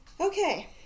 Okay